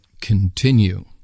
continue